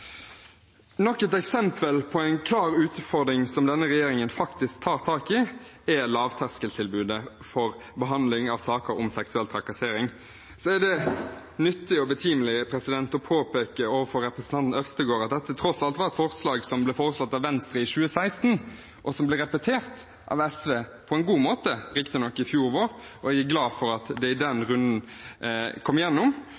Nok et eksempel på en klar utfordring som denne regjeringen faktisk tar tak i, er lavterskeltilbudet for behandling av saker om seksuell trakassering. Så er det nyttig og betimelig å påpeke overfor representanten Øvstegård at dette tross alt var noe som ble foreslått av Venstre i 2016, og som ble repetert av SV – på en god måte, riktignok – i fjor vår. Jeg er glad for at det i